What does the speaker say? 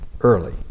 early